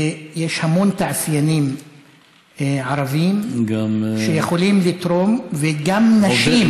ויש המון תעשיינים ערבים שיכולים לתרום, וגם נשים.